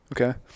Okay